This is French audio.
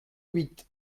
huit